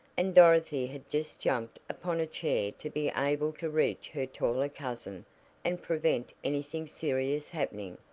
and dorothy had just jumped upon a chair to be able to reach her taller cousin and prevent anything serious happening,